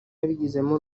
yabigizemo